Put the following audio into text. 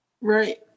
right